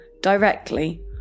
directly